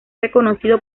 reconocido